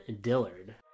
Dillard